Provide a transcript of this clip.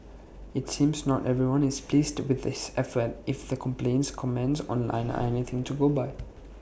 IT seems not everyone is pleased with this effort if the complaints comments online are anything to go by